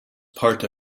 part